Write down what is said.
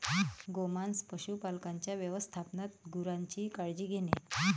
गोमांस पशुपालकांच्या व्यवस्थापनात गुरांची काळजी घेणे